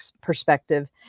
perspective